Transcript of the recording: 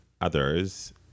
others